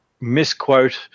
misquote